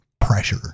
pressure